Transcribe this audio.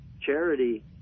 Charity